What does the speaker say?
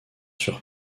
sur